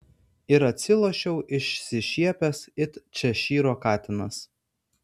ir atsilošiau išsišiepęs it češyro katinas